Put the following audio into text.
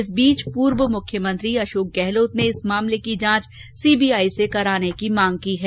इस बीच पूर्व मुख्यमंत्री अशोक गहलोत ने इस मामले की जांच सीबीआई से कराने की मांग की है